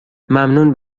ممنون